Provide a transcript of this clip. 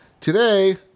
Today